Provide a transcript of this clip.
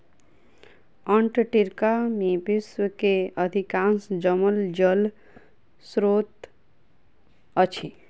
Antarctica में विश्व के अधिकांश जमल जल स्त्रोत अछि